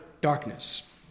darkness